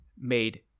made